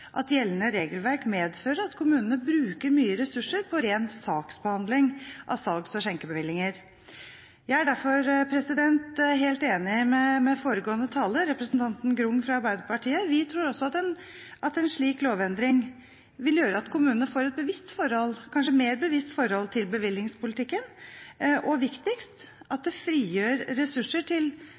at gjeldende regelverk medfører at kommunene bruker mye ressurser på ren saksbehandling av salgs- og skjenkebevillinger. Jeg er derfor helt enig med foregående taler, representanten Grung fra Arbeiderpartiet. Vi tror også at en slik lovendring vil gjøre at kommunene får et bevisst forhold – kanskje mer bevisst forhold – til bevillingspolitikken, og viktigst: at det frigjør ressurser til